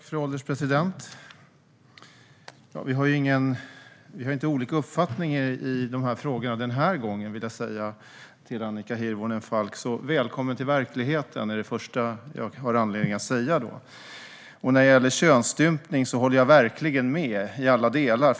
Fru ålderspresident! Vi har inte olika uppfattningar i dessa frågor den här gången, vill jag säga till Annika Hirvonen Falk. Det första jag har anledning att då säga är: Välkommen till verkligheten! När det gäller könsstympning håller jag verkligen med i alla delar.